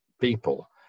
people